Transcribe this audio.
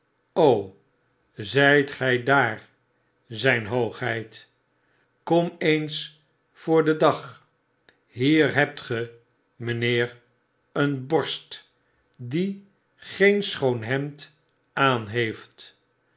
zgt gy daar zyn hoogheid kom eens voor den dag hierhebt ge mynheer een borst die geen schoon hemd aan heeft